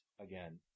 again